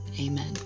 Amen